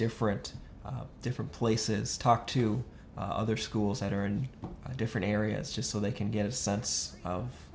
different different places talk to other schools that are in different areas just so they can get a sense of